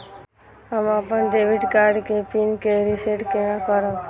हम अपन debit card के पिन के रीसेट केना करब?